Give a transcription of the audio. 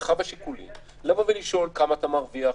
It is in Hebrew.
במרחב השיקולים לבוא ולשאול כמה אתה מרוויח,